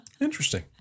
Interesting